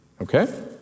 Okay